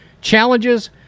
challenges